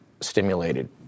stimulated